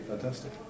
fantastic